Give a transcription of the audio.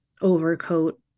overcoat